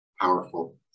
powerful